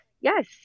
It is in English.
yes